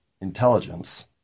intelligence